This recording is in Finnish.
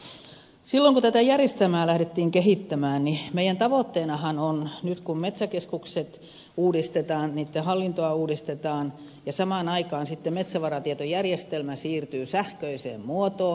silloin kun tätä järjestelmää lähdettiin kehittämään meidän tavoitteenahan oli että nyt kun metsäkeskukset uudistetaan niitten hallintoa uudistetaan ja samaan aikaan metsävaratietojärjestelmä siirtyy sähköiseen muotoon